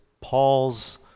Paul's